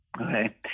Okay